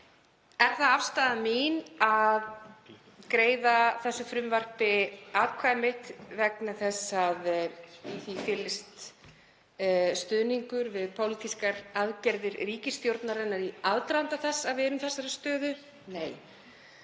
Er það afstaða mín að ég greiði þessu frumvarpi atkvæði mitt vegna þess að í því felist stuðningur við pólitískar aðgerðir ríkisstjórnarinnar í aðdraganda þess að við erum í þessari stöðu? Nei.